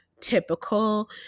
typical